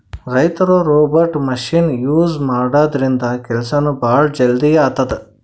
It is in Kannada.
ರೈತರ್ ರೋಬೋಟ್ ಮಷಿನ್ ಯೂಸ್ ಮಾಡದ್ರಿನ್ದ ಕೆಲ್ಸನೂ ಭಾಳ್ ಜಲ್ದಿ ಆತದ್